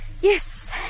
Yes